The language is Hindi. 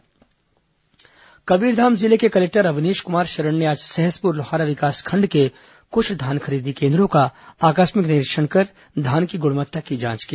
धान खरीदी निरीक्षण कबीरधाम जिले के कलेक्टर अवनीश कुमार शरण ने आज सहसपुर लोहारा विकासखंड के कुछ धान खरीदी केन्द्रों का आकिस्मक निरीक्षण कर धान की गुणवत्ता की जांच की